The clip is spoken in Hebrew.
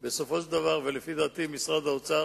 בסופו של דבר, ולפי דעתי משרד האוצר